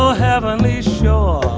have on his show.